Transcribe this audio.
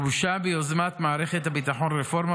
גובשה ביוזמת מערכת הביטחון רפורמה